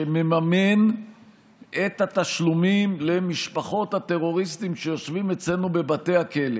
שמממן את התשלומים למשפחות הטרוריסטים שיושבים אצלנו בבתי הכלא